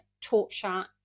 torture